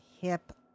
hip